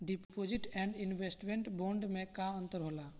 Deposit and investment bond मे का अंतर होला?